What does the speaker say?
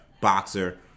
boxer